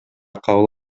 кабыл